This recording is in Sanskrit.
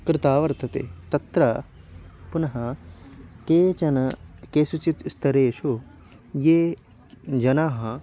कृता वर्तते तत्र पुनः केचन केषुचित् स्थरेषु ये जनाः